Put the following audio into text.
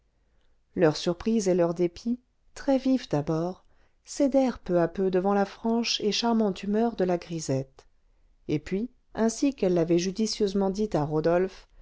leur surprise et leur dépit très vifs d'abord cédèrent peu à peu devant la franche et charmante humeur de la grisette et puis ainsi qu'elle l'avait judicieusement dit à rodolphe